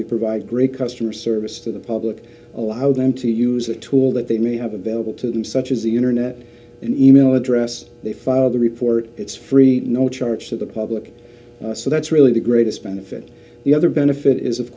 we provide great customer service to the public allow them to use a tool that they may have available to them such as the internet e mail address they file the report it's free no charge to the public so that's really the greatest benefit the other benefit is of